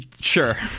sure